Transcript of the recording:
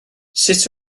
sut